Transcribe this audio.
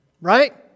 Right